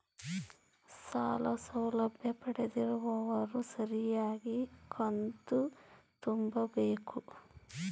ಸಾಲ ಸೌಲಭ್ಯ ಪಡೆದಿರುವವರು ಸರಿಯಾಗಿ ಕಂತು ತುಂಬಬೇಕು?